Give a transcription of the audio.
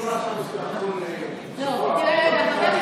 תראה רגע,